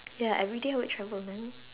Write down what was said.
ya everyday I would travel man